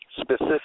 specific